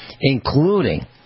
including